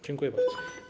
Dziękuję bardzo.